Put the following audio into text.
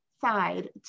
side